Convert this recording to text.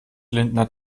lindner